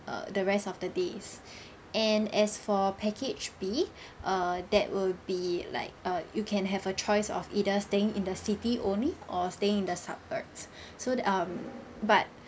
err the rest of the days and as for package B err that will be like err you can have a choice of either staying in the city only or staying in the suburb so the um but